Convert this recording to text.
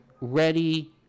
ready